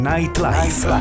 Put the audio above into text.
Nightlife